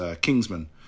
Kingsman